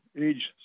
age